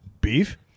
beef